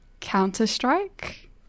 Counter-Strike